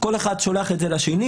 כל אחד שולח את זה לשני,